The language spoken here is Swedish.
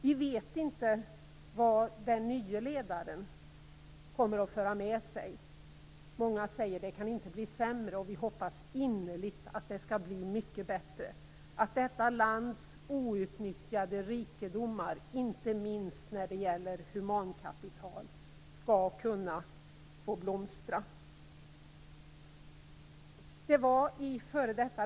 Vi vet inte vad den nye ledaren kommer att föra med sig. Många säger att det inte kan bli sämre, och vi hoppas innerligt att det skall bli mycket bättre, att detta lands outnyttjade rikedomar, inte minst när det gäller humankapital, skall kunna få blomstra. Det var i f.d.